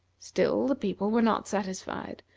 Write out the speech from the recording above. still the people were not satisfied,